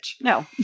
No